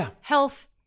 Health